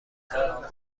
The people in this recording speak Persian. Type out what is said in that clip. تنها